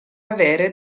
avere